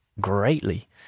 greatly